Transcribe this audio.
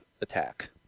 attack